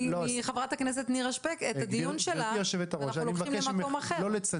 מחברת הכנסת נירה שפק את הדיון בהצעת החוק שלה ולוקחים אותו לכיוון אחר.